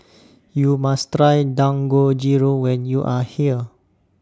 YOU must Try Dangojiru when YOU Are here